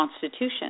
Constitution